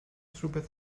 rhywbeth